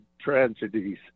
tragedies